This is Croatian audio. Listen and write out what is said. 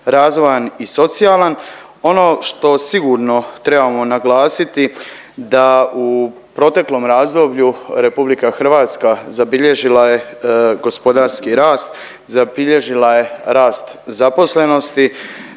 razvojan i socijalan. Ono što sigurno trebamo naglasiti da u proteklom razdoblju RH zabilježila je gospodarski rast, zabilježila je rast zaposlenosti,